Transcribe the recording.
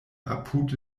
apud